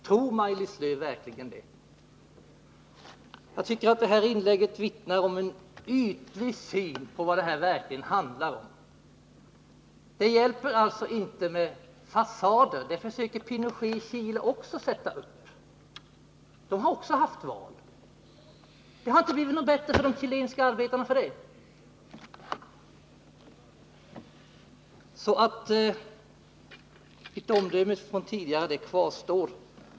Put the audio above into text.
Tror Maj-Lis Lööw verkligen det? Jag tycker att hennes inlägg vittnar om en ytlig syn på vad det verkligen handlar om. Det hjälper inte med fasader. Sådana försöker också Pinochet i Chile sätta upp. Även där har man haft val, men det har ändå inte blivit något 113 bättre för de chilenska arbetarna. Mitt omdöme från tidigare kvarstår.